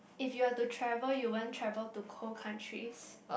if you are to travel you won't travel to cold countries